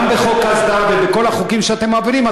גם בחוק ההסדרה ובכל החוקים שאתם מעבירים,